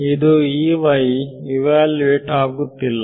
ಇದು ಇವ್ಯಾಲ್ಯುವೆಟ್ ಆಗುತ್ತಿಲ್ಲ